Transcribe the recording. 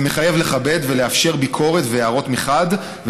זה מחייב לכבד ולאפשר ביקורת והערות מצד אחד,